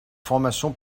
formation